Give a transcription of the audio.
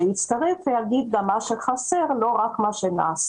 שיצטרף אליי ויגיד גם מה חסר ולא רק מה נעשה.